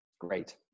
Great